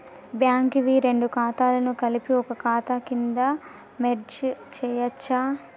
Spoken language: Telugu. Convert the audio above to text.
బ్యాంక్ వి రెండు ఖాతాలను కలిపి ఒక ఖాతా కింద మెర్జ్ చేయచ్చా?